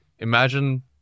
Imagine